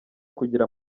kugira